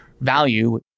value